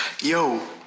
Yo